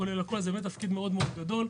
מדובר בתפקיד ממאוד גדול.